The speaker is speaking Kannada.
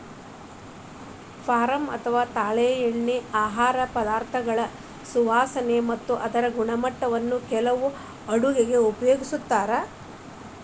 ಪಾಮ್ ಅಥವಾ ತಾಳೆಎಣ್ಣಿನಾ ಆಹಾರ ಪದಾರ್ಥಗಳ ಸುವಾಸನೆ ಮತ್ತ ಅದರ ಗುಣಮಟ್ಟಕ್ಕ ಕೆಲವು ಅಡುಗೆಗ ಉಪಯೋಗಿಸ್ತಾರ